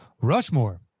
Rushmore